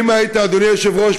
אדוני היושב-ראש,